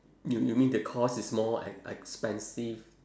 you you mean the cost is more e~ expensive